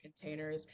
containers